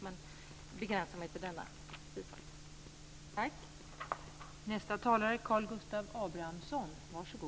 Jag begränsar mig till detta bifall.